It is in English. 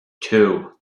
two